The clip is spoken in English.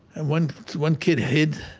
and one one kid hid